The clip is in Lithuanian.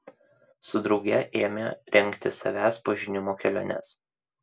su drauge ėmė rengti savęs pažinimo keliones